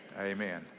Amen